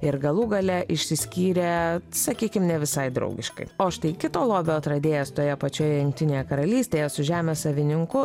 ir galų gale išsiskyrė sakykim ne visai draugiškai o štai kito lobio atradėjas toje pačioje jungtinėje karalystėje su žemės savininku